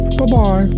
Bye-bye